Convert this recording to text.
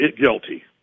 guilty